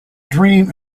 dream